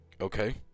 Okay